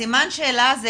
הסימן שאלה הזה,